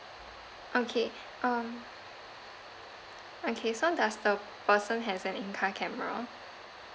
okay um okay so does the person has an in car camera